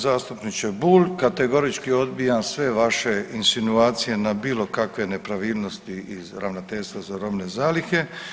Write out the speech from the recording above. Uvaženi zastupniče Bulj, kategorički odbijam sve vaše insinuacije na bilo kakve nepravilnosti iz Ravnateljstva za robne zalihe.